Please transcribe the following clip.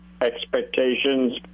expectations